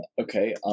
okay